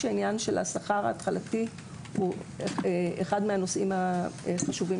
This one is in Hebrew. השכר ההתחלתי הוא אחד הנושאים החשובים